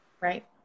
Right